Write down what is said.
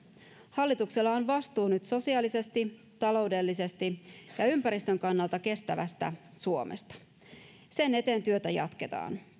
hallituksella on nyt vastuu sosiaalisesti taloudellisesti ja ja ympäristön kannalta kestävästä suomesta työtä sen eteen jatketaan